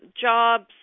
jobs